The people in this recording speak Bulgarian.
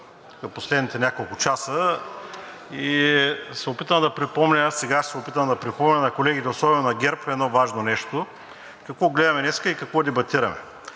последните няколко часа и ще се опитам да припомня на колегите, особено на ГЕРБ, едно важно нещо – какво гледаме днес и какво дебатираме.